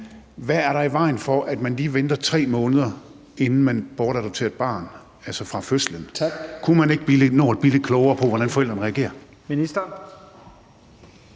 Hvad er der i vejen for, at man lige venter 3 måneder, inden man bortadopterer et barn, altså fra fødslen? Kunne man ikke nå at blive lidt klogere på, hvordan forældrene reagerer? Kl.